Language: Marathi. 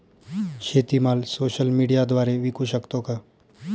शेतीमाल सोशल मीडियाद्वारे विकू शकतो का?